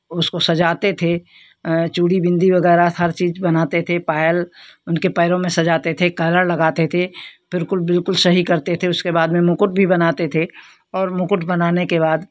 उसको सजाते थे चूड़ी बिंदी वगैरह हर चीज़ बनाते थे पायल उनके पैरों में सजाते थे कलर लगाते थे बिल्कुल बिल्कुल सही करते थे उसके बाद में मुकुट भी बनाते थे और मुकुट बनाने के बाद